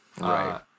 Right